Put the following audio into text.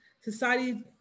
society